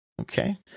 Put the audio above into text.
Okay